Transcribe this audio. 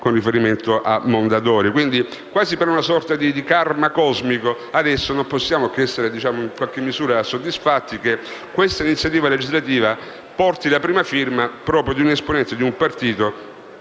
con riferimento a Mondadori. Quindi, quasi per un sorta di *karma* cosmico, adesso non possiamo che essere soddisfatti che questa iniziativa legislativa porti la prima firma proprio di un esponente di quel partito